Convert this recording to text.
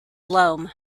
loam